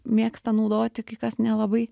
mėgsta naudoti kai kas nelabai